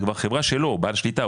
זה כבר חברה שלו הוא בעל שליטה,